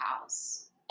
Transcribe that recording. house